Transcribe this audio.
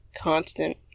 Constant